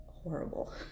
horrible